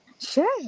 Sure